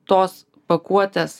tos pakuotės